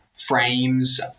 frames